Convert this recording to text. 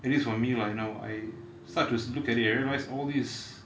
at least for me lah you know I start to look at it and realise that all these